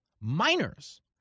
minors